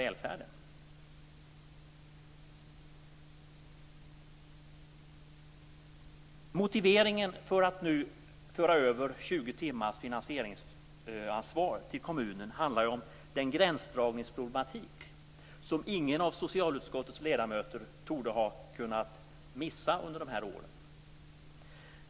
Beträffande motiveringen för att nu föra över 20 timmars finansieringsansvar på kommunen handlar det om den gränsdragningsproblematik som ingen av socialutskottets ledamöter torde ha kunnat missa under de här åren.